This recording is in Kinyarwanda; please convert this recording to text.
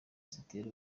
zitera